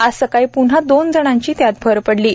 आज सकाळी प्न्हा दोन जणांची त्यात भर पडली आहे